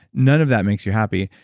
none of that makes you happy.